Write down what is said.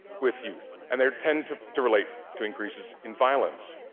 with youth, and they tend to to relate to increases in violence.